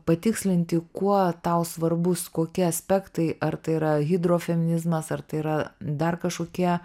patikslinti kuo tau svarbus kokia aspektai ar tai yra hidrofeminizmas ar tai yra dar kažkokie